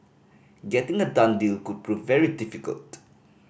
getting a done deal could prove very difficult